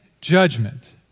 judgment